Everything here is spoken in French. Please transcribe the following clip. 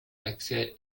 d’accès